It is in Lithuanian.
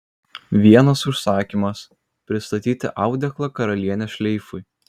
vienas užsakymas pristatyti audeklą karalienės šleifui